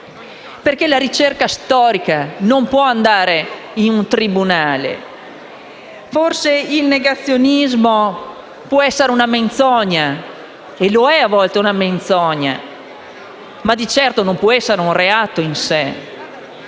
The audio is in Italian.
questa. La ricerca storica non può andare in un tribunale. Forse il negazionismo può essere una menzogna e lo è, a volte, ma di certo non può essere un reato in sé.